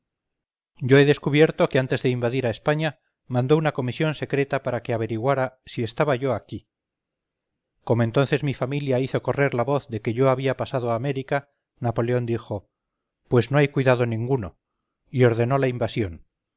yo he descubierto que antes de invadir a españa mandó una comisión secreta para que averiguara si estaba yo aquí como entonces mi familia hizo correr la voz de que yo había pasado a américa napoleón dijo pues no hay cuidado ninguno y ordenó la invasión